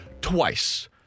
twice